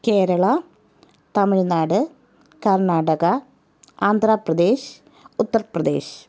Kerala Tamil Nadu Karnataka Andhra Pradesh Uttar Pradesh